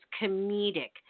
comedic